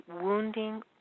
wounding